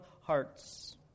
hearts